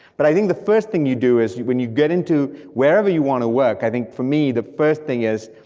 but i think the first thing you do is, when you get into wherever you wanna work, i think for me the first thing is,